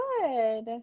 good